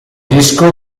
disco